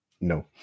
No